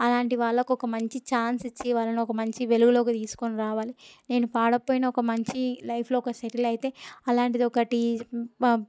అలాంటి వాళ్ళకు ఒక మంచి ఛాన్స్ ఇచ్చి వాళ్ళని ఒక మంచి ఛాన్స్ ఇచ్చి వెలుగులోకి తీసుకొని రావాలి నేను పాడకపోయినా ఒక మంచి లైఫ్లో ఒక సెటిల్ అయితే అలాంటిది ఒకటి